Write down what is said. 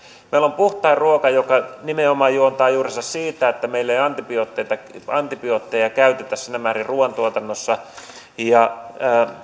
meillä on puhtain ruoka mikä nimenomaan juontaa juurensa siitä että meillä ei antibiootteja käytetä siinä määrin ruuantuotannossa